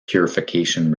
purification